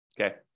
Okay